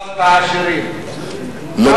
לטובת העשירים, רק העשירים.